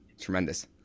Tremendous